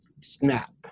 snap